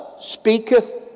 speaketh